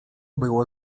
było